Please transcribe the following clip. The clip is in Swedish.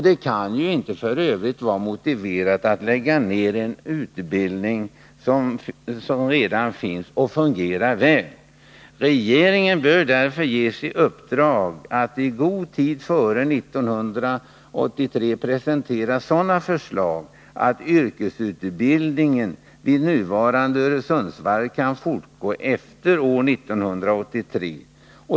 Det kan ju f. ö. inte vara motiverat att lägga ned en utbildning som redan finns och fungerar väl. Regeringen bör därför ges i uppdrag att i god tid före år 1983 presentera sådana förslag att yrkesutbildningen vid det nuvarande Öresundsvarvet kan fortgå även efter år 1983.